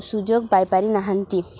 ସୁଯୋଗ ପାଇପାରି ନାହାନ୍ତି